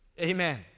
Amen